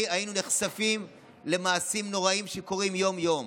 נחשפו בפנינו מעשים נוראיים שקורים יום-יום.